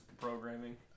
programming